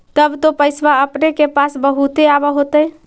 तब तो पैसबा अपने के पास बहुते आब होतय?